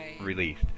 released